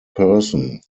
person